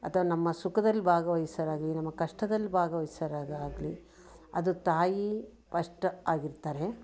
ಅಥವ ನಮ್ಮ ಸುಖದಲ್ಲಿ ಭಾಗವಹಿಸೋರಾಗಲಿ ನಮ್ಮ ಕಷ್ಟದಲ್ಲಿ ಭಾಗವಹಿಸೋರು ಆಗಲಿ ಅದು ತಾಯಿ ಫಸ್ಟ್ ಆಗಿರ್ತಾರೆ